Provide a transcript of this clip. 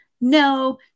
No